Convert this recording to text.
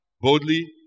Boldly